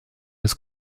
des